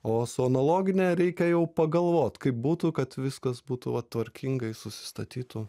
o su analogine reikia jau pagalvot kaip būtų kad viskas būtų va tvarkingai susistatytų